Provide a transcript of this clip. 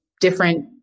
different